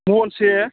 मनसे